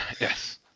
Yes